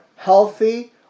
healthy